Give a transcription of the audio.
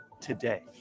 today